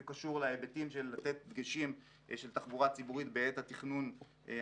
זה קשור להיבטים של לתת דגשים של תחבורה ציבורית בעת התכנון המקדים,